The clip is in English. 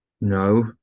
No